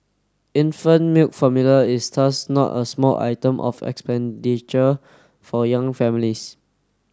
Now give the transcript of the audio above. infant milk formula is thus not a small item of expenditure for young families